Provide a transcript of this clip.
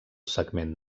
segment